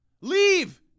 Leave